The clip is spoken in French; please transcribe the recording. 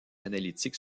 analytique